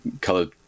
colored